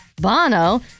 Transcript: Bono